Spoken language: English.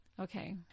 Okay